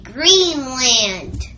Greenland